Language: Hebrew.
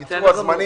על קיצור הזמנים.